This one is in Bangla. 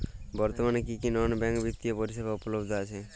বর্তমানে কী কী নন ব্যাঙ্ক বিত্তীয় পরিষেবা উপলব্ধ আছে?